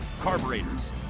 carburetors